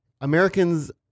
Americans